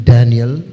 Daniel